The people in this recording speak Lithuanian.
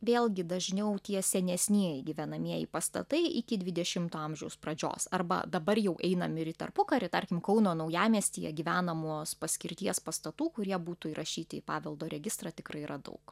vėlgi dažniau tie senesnieji gyvenamieji pastatai iki dvidešimto amžiaus pradžios arba dabar jau einam ir į tarpukarį tarkim kauno naujamiestyje gyvenamos paskirties pastatų kurie būtų įrašyti į paveldo registrą tikrai yra daug